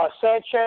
Sanchez